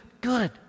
good